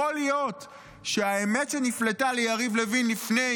יכול להיות שהאמת שנפלטה ליריב לוין לפני